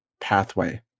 pathway